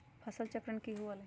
फसल चक्रण की हुआ लाई?